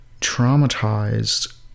traumatized